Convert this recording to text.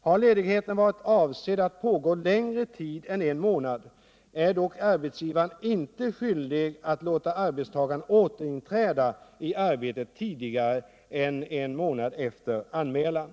Har ledigheten varit avsedd att pågå längre tid än en månad är dock arbetsgivaren inte skyldig att låta arbetstagaren återinträda i arbetet tidigare än en månad efter anmälan.